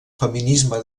feminisme